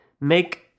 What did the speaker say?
make